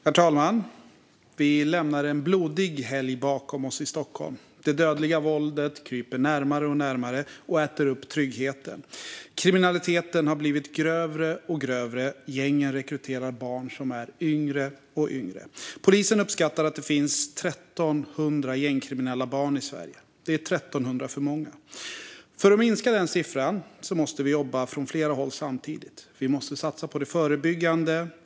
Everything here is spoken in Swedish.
Herr talman! Vi lämnar en blodig helg bakom oss i Stockholm. Det dödliga våldet kryper allt närmare och äter upp tryggheten. Kriminaliteten har blivit allt grövre. Gängen rekryterar barn som är allt yngre. Polisen uppskattar att det finns 1 300 gängkriminella barn i Sverige. Det är 1 300 för många. För att minska den siffran måste vi jobba från flera håll samtidigt. Vi måste satsa på det förebyggande.